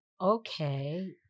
okay